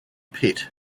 pitt